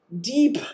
deep